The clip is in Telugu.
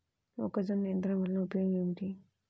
మొక్కజొన్న యంత్రం వలన ఉపయోగము ఏంటి?